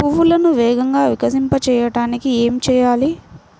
పువ్వులను వేగంగా వికసింపచేయటానికి ఏమి చేయాలి?